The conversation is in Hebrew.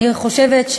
אני חושבת,